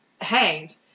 hanged